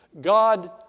God